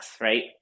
right